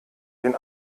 den